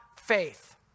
faith